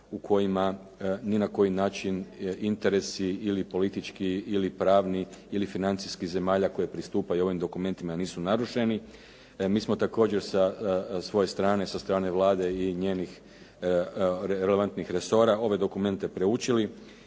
u kojima ni na koji način interesi ili politički ili pravni ili financijski zemalja koje pristupaju ovim dokumentima nisu narušeno. Mi smo također sa svoje strane, sa strane Vlade i njenih relevantnih resora ove dokumente proučili